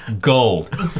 gold